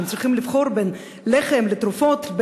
שהם צריכים לבחור בין לחם לתרופות,